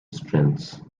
strengths